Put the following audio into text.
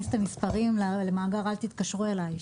את המספרים למאגר "אל תתקשרו אליי".